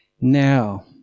now